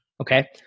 Okay